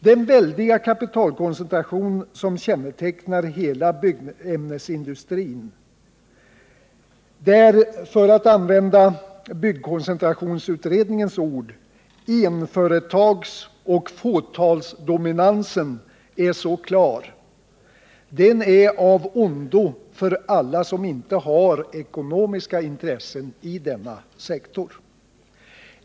Den väldiga kapitalkoncentration som kännetecknar hela byggämnesindustrin, där — för att använda byggkoncentrationsutredningens ord —enföretagsoch fåtalsdominansen är så klar, är av ondo för alla som inte har ekonomiska intressen inom denna sektor.